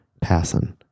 passing